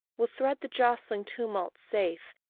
will thread the jostling tumult safe,